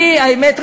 האמת,